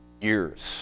years